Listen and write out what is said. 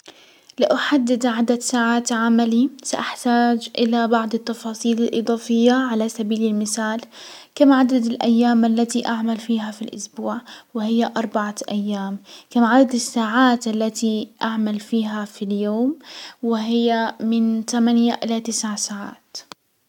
لاحدد عدد ساعات عملي ساحتاج الى بعض التفاصيل الاضافية على سبيل المسال كم عدد الايام التي اعمل فيها في الاسبوع، وهي اربعة ايام، كم عدد الساعات التي اعمل فيها في اليوم، وهي من تمانية الى تسع ساعات.